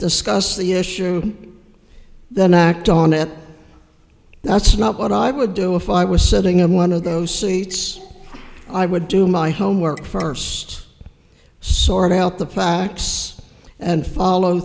discuss the issue then act on it that's not what i would do if i was sitting in one of those seats i would do my homework first sort out the facts and follow